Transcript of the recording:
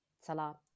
salah